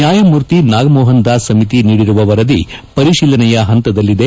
ನ್ಯಾಯಮೂರ್ತಿ ನಾಗಮೋಹನ್ ದಾಸ್ ಸಮಿತಿ ನೀಡಿರುವ ವರದಿ ಪರಿತೀಲನೆ ಪಂತದಲ್ಲಿದೆ